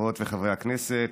חברות וחברי הכנסת,